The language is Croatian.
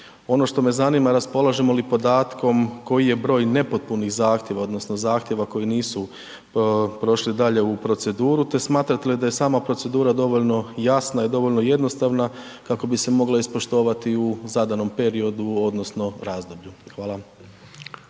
Ono što me zanima raspolažemo li podatkom koji je broj nepotpunih zahtjeva, odnosno zahtjeva koji nisu prošli dalje u proceduru, te smatrate li da je sama procedura dovoljno jasna i dovoljno jednostavna kako bi se mogla ispoštovati u zadanom periodu odnosno razdoblju? Hvala.